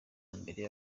mbere